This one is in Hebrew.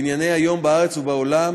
בענייני היום בארץ ובעולם